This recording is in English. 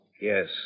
Yes